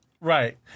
right